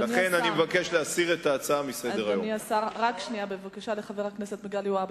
יש לך טעות אחת, חבר הכנסת והבה,